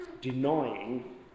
denying